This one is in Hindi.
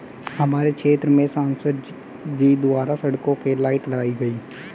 हमारे क्षेत्र में संसद जी द्वारा सड़कों के लाइट लगाई गई